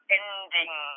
ending